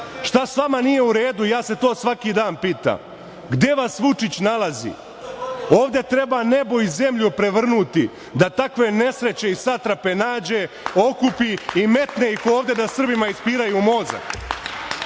Šta sa vama nije u redu? Ja se to svaki dan pitam. Gde vas Vučić nalazi? Ovde treba nebo i zemlju prevrnuti da takve nesreće i satrape nađe, okupi i metne ih ovde da Srbima ispiraju mozak. Ja